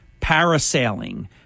parasailing